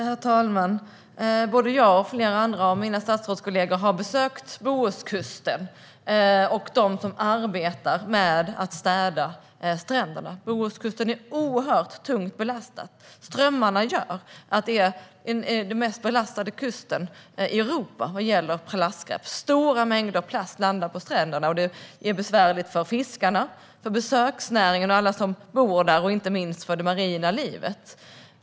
Herr talman! Både jag och flera av mina statsrådskollegor har besökt Bohuskusten och dem som arbetar med att städa stränderna. Bohuskusten är oerhört tungt belastad. Strömmarna gör att det är den mest belastade kusten i Europa vad gäller plastskräp. Stora mängder plast landar på stränderna. Det är besvärligt för fiskarna, besöksnäringen, alla som bor där och, inte minst, det marina livet.